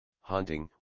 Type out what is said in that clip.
hunting